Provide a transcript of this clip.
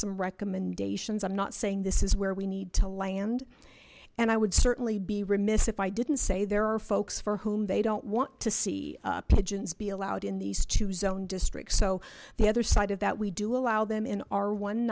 some recommendations i'm not saying this is where we need to land and i would certainly be remiss if i didn't say there are folks for whom they don't want to see pigeons be allowed in these two zone districts so the other side of that we do allow them in